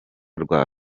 rwa